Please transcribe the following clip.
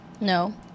No